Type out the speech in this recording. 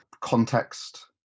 context